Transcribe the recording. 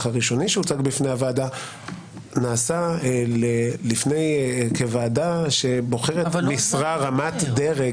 הראשוני שהוצג בפני הוועדה נעשה כוועדה שבוחרת משרה רמת דרג